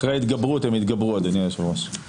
אחרי ההתגברות הם יתגברו, אדוני היושב-ראש.